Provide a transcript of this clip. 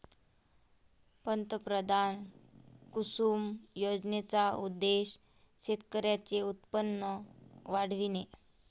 पंतप्रधान कुसुम योजनेचा उद्देश शेतकऱ्यांचे उत्पन्न वाढविणे